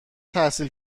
تحصیل